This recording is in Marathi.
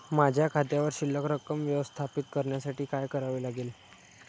माझ्या खात्यावर शिल्लक रक्कम व्यवस्थापित करण्यासाठी काय करावे लागेल?